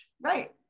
Right